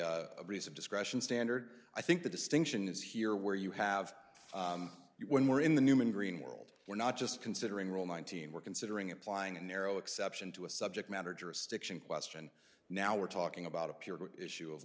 of discretion standard i think the distinction is here where you have you when we're in the newman green world we're not just considering rule nineteen we're considering applying a narrow exception to a subject matter jurisdiction question now we're talking about a pure issue of